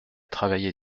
travailler